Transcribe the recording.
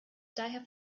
daher